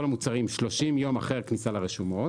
המוצרים 30 יום אחרי הכניסה לרשומות.